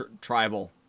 Tribal